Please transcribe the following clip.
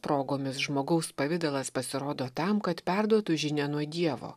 progomis žmogaus pavidalas pasirodo tam kad perduotų žinią nuo dievo